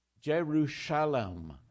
Jerusalem